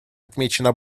отмечено